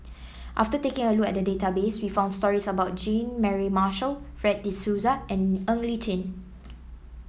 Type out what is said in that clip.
after taking a look at the database we found stories about Jean Mary Marshall Fred De Souza and Ng Li Chin